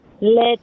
let